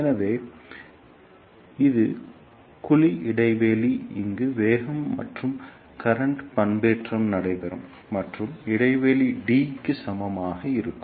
எனவே இது குழி இடைவெளி இங்கு வேகம் மற்றும் கரண்ட் பண்பேற்றம் நடைபெறும் மற்றும் இடைவெளி d க்கு சமமாக இருக்கும்